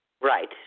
Right